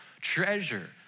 treasure